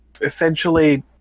essentially